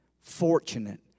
fortunate